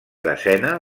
desena